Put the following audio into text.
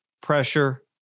pressure